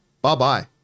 Bye-bye